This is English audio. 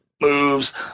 moves